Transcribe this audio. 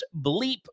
bleep